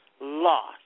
lost